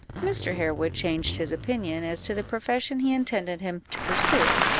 mr. harewood changed his opinion as to the profession he intended him to pursue,